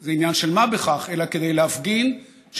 זה עניין של מה בכך אלא כדי להפגין שיהודים